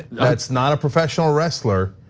that's not a professional wrestler.